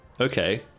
okay